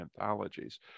anthologies